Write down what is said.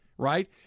right